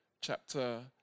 chapter